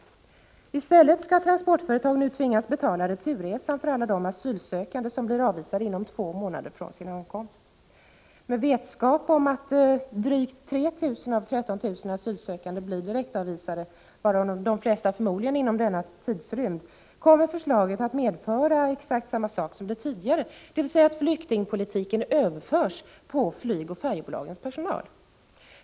I stället skall transportföretag nu tvingas betala returresan för alla de asylsökande som blir avvisade inom två månader från sin ankomst. Med vetskap om att drygt 3 000 av 13 000 asylsökande blir direktavvisade, varav de flesta förmodligen inom denna tidrymd, kommer förslaget att medföra exakt samma sak som det tidigare, dvs. att flyktingpolitiken överförs på flygoch färjebolagens personal.